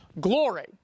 glory